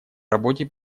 работе